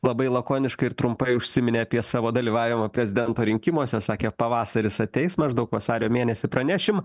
labai lakoniškai ir trumpai užsiminė apie savo dalyvavimą prezidento rinkimuose sakė pavasaris ateis maždaug vasario mėnesį pranešim